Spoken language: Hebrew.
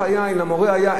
אם למורה היה ערך,